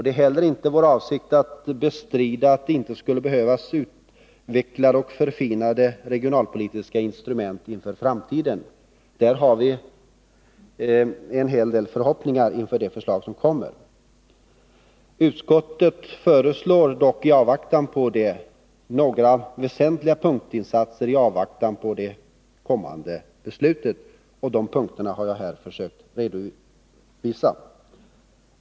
Det är heller inte vår avsikt att bestrida att det skulle behövas utvecklade och förfinade regionalpolitiska instrument inför framtiden. Vi har förhoppningar om förslag i den riktningen i den kommande regionalpolitiska propositionen. I avvaktan på denna föreslår utskottet dock några väsentliga punktinsatser, vilka jag här har försökt redovisa.